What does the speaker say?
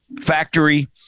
factory